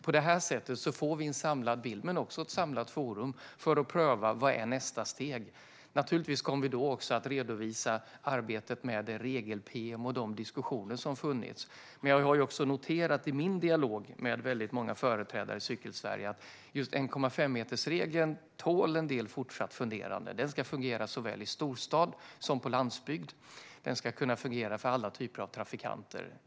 På det här sättet får vi en samlad bild men också ett samlat forum för att pröva vad som är nästa steg. Naturligtvis kommer vi då också att redovisa arbetet med regel-pm och de diskussioner som har förts. Jag har noterat i min dialog med många företrädare i Cykelsverige att 1,5-metersregeln tål en del fortsatt funderande. Den ska fungera såväl i storstad som på landsbygd, och den ska kunna fungera för alla typer av trafikanter.